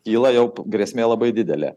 kyla jau p grėsmė labai didelė